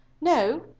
No